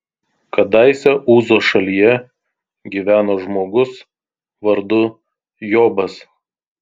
kadaise uzo šalyje gyveno žmogus vardu jobas